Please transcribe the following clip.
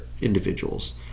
individuals